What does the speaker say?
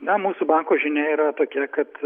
na mūsų banko žinia yra tokia kad